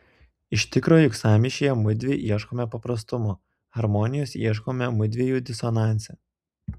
iš tikro juk sąmyšyje mudvi ieškome paprastumo harmonijos ieškome mudviejų disonanse